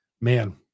man